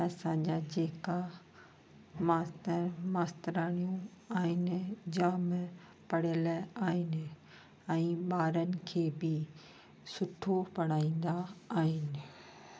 असांजा जेका मास्तर मास्तराणियूं आहिनि जाम पढ़ियल आहिनि ऐं ॿारनि खे बि सुठो पढ़ाईंदा आहिनि